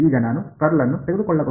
ಈಗ ನಾನು ಕರ್ಲ್ ನ್ನು ತೆಗೆದುಕೊಳ್ಳಬಹುದು